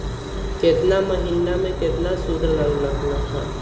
केतना महीना में कितना शुध लग लक ह?